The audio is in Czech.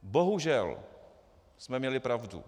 Bohužel jsme měli pravdu.